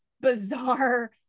bizarre